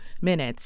minutes